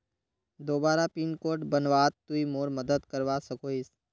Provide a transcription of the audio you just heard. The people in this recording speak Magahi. दोबारा पिन कोड बनवात तुई मोर मदद करवा सकोहिस?